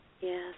yes